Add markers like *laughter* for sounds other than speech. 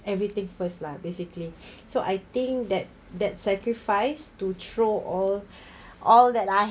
everything first lah basically *noise* so I think that that sacrifice to throw all *breath* all that I